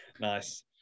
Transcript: nice